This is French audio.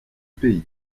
pays